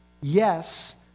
Yes